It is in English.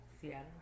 Seattle